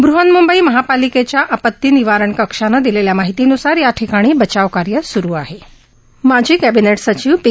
ब्रहन्मुंबई महा ालिक ऱ्या आ ती निवारण कक्षानं दिलक्ष्या माहितीनुसार या ठिकाणी बचाव कार्य सुरू आहप माजी कॅबिनेट सचिव पी